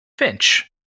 finch